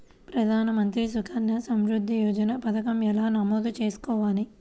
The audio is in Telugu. ప్రధాన మంత్రి సుకన్య సంవృద్ధి యోజన పథకం ఎలా నమోదు చేసుకోవాలీ?